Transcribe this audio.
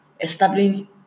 establishing